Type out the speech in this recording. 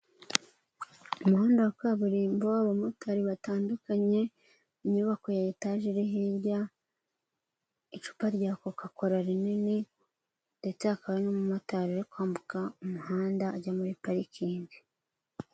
Umuhanda wa kaburimbo, abamotari batandukanye, inyubako ya etaje iri hirya, icupa rya kokakota rinini ndetse hakaba n'umumotari uri kwambuka umuhanda ajya muri parikingi.